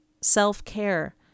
Self-care